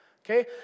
okay